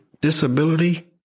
disability